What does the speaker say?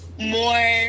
more